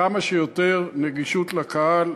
כמה שיותר נגישות לקהל.